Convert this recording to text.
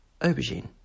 aubergine